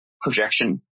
projection